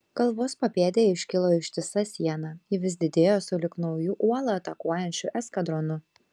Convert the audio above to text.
kalvos papėdėje iškilo ištisa siena ji vis didėjo sulig nauju uolą atakuojančiu eskadronu